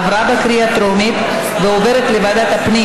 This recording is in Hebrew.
עברה בקריאה טרומית ועוברת לוועדת הפנים